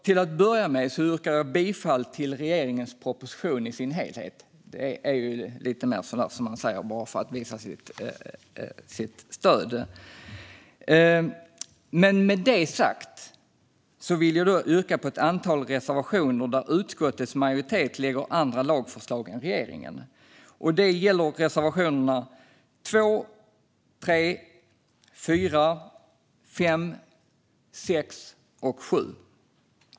Till att börja med yrkar jag bifall till regeringens proposition i sin helhet - det är lite så där som man säger bara för att visa sitt stöd. Men med det sagt vill jag yrka bifall till ett antal reservationer där utskottets majoritet lägger fram andra lagförslag än regeringen. Det gäller reservationerna 2, 3, 4, 5, 6 och 7.